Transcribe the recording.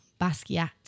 Basquiat